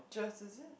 just is it